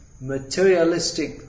materialistic